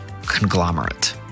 conglomerate